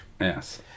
Yes